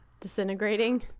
Disintegrating